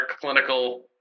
clinical